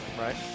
right